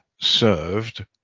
served